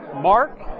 Mark